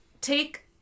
take